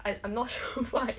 I I'm not sure why